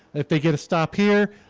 if they get a stop here,